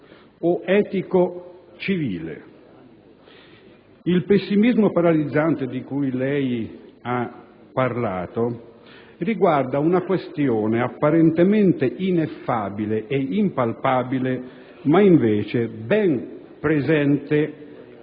Il pessimismo paralizzante di cui lei ha parlato riguarda una questione apparentemente ineffabile e impalpabile, ma invece ben presente ai